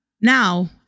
Now